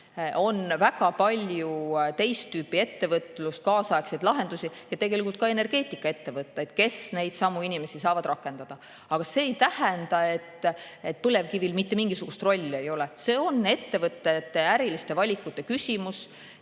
On väga palju teist tüüpi ettevõtlust, kaasaegseid lahendusi ja ka energeetikaettevõtteid, kes neidsamu inimesi saavad rakendada. Aga see ei tähenda, et põlevkivil mitte mingisugust rolli ei ole. See on ettevõtete äriliste valikute küsimus.